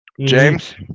James